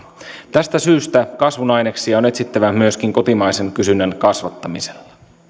tästä syystä kasvun aineksia on etsittävä myöskin kotimaisen kysynnän kasvattamisella